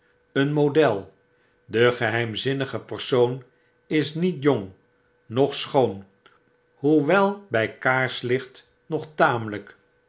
een model de geheimzinnige persoon is niet jong noch schoon hoewel ojj kaarslicht nog tamelgk